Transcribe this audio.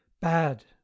bad